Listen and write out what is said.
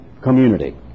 Community